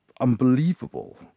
unbelievable